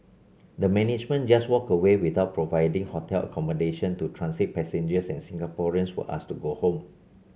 the management just walked away without providing hotel accommodation to transit passengers and Singaporeans were asked to go home